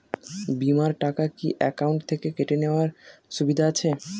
বিমার টাকা কি অ্যাকাউন্ট থেকে কেটে নেওয়ার সুবিধা আছে?